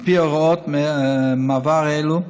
על פי הוראות מעבר אלו,